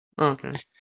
Okay